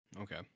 Okay